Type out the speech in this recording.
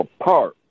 apart